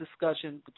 discussion